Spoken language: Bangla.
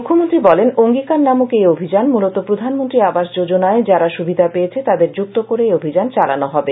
মুখ্যমন্ত্রী বলেন অঙ্গীকার নামক এই অভিযান মূলত প্রধানমন্ত্রী আবাস যোজনায় যারা সুবিধা পেয়েছে তাদের যুক্ত করে এই অভিযান চালানো হবে